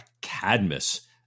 Cadmus